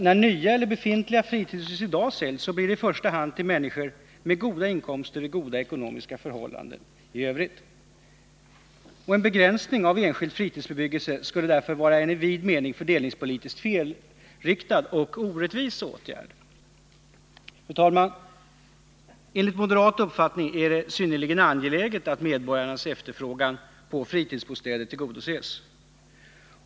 När nya eller befintliga fritidshus i dag säljs blir det i första hand till människor med goda inkomster och i goda ekonomiska förhållanden i övrigt. En begränsning av enskild fritidsbebyggelse skulle därför vara en i vid mening fördelningspolitisk felriktad och orättvis åtgärd. Fru talman! Enligt moderat uppfattning är det synnerligen angeläget att medborgarnas efterfrågan på fritidsbostäder tillgodoses.